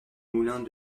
moulins